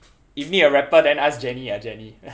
if need a rapper then ask jennie ah jennie